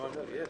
יש.